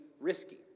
risky